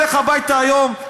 לך הביתה היום,